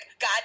God